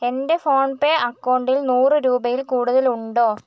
എൻ്റെ PhonePe അക്കൗണ്ടിൽ നൂറ് രൂപയിൽ കൂടുതൽ ഉണ്ടോ